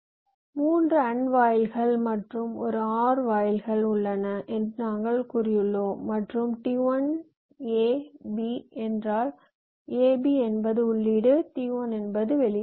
3 AND வாயில்கள் மற்றும் ஒரு OR வாயில்கள் உள்ளன என்று நாங்கள் கூறியுள்ளோம் மற்றும் t1 a b என்றால் ab என்பது உள்ளீடுகள் t1 என்பது வெளியீடு